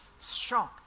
strong